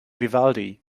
vivaldi